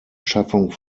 schaffung